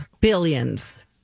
billions